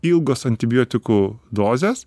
ilgos antibiotikų dozės